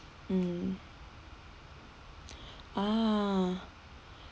mm ah